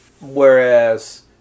Whereas